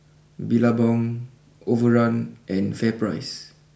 Billabong Overrun and Fair price